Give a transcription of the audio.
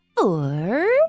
four